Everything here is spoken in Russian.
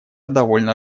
довольно